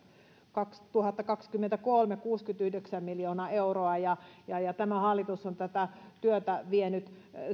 kaksituhattakaksikymmentäkolme kokonaisuudessaan kuusikymmentäyhdeksän miljoonaa euroa tämä hallitus on tätä työtä vienyt